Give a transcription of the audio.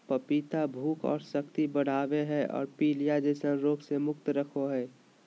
पपीता भूख और शक्ति बढ़ाबो हइ और पीलिया जैसन रोग से मुक्त रखो हइ